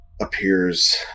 appears